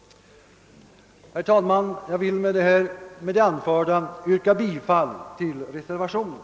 Herr talman! Jag vill med det anförda yrka bifall till reservationen.